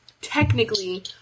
Technically